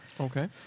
Okay